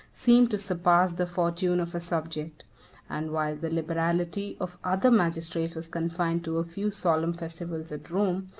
seem to surpass the fortune of a subject and whilst the liberality of other magistrates was confined to a few solemn festivals at rome,